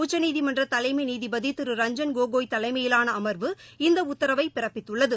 உச்சநீதிமன்ற தலைமை நீதிபதி திரு ரஞ்சன் கோகோய் தலைமையிலாள அமர்வு இந்த உத்தரவைப் பிறப்பித்துள்ளது